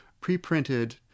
pre-printed